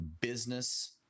business